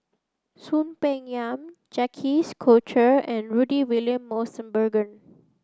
Soon Peng Yam Jacques De Coutre and Rudy William Mosbergen